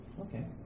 Okay